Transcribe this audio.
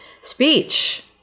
speech